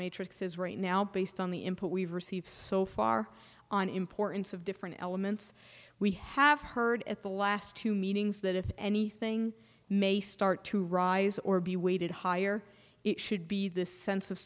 matrix is right now based on the input we've received so far on importance of different elements we have heard at the last two meetings that if anything may start to rise or be weighted higher it should be this sense of